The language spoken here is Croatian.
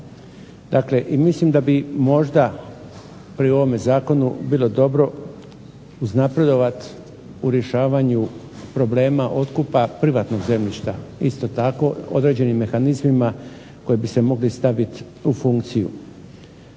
dakle i mislim da bi možda pri ovome zakonu bilo dobro uznapredovat u rješavanju problema otkupa privatnog zemljišta isto tako, određenim mehanizmima koji bi se mogli stavit u funkciju.